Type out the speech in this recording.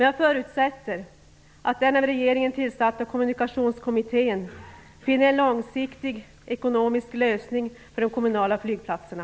Jag förutsätter att den av regeringen tillsatta Kommunikationskommittén finner en långsiktig ekonomisk lösning för de kommunala flygplatserna.